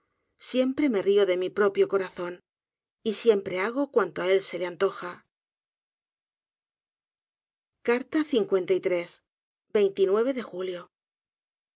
siempre me río de mi propio corazón y siempre hago cuanto á él se le antoja de julio